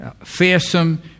fearsome